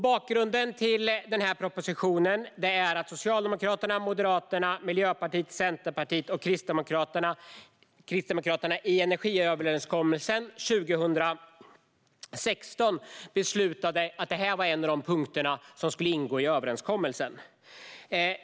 Bakgrunden till den här propositionen är att Socialdemokraterna, Moderaterna, Miljöpartiet, Centerpartiet och Kristdemokraterna i energiöverenskommelsen 2016 beslutade att detta var en av de punkter som skulle ingå i överenskommelsen.